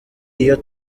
iyo